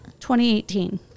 2018